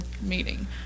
meeting